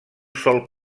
sol